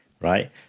right